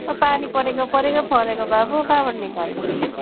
पानी परेको परेकै फलेको भएपो कहाँबाट निकाल्नु